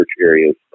areas